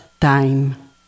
time